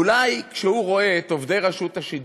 אולי כשהוא רואה את עובדי רשות השידור,